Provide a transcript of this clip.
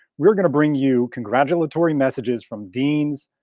we're gonna bring you congratulatory messages from deans,